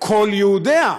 כל יהודיה,